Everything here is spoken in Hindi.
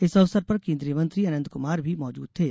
इस अवसर पर केन्द्रीय मंत्री अनंत कुमार भी मौजूद थे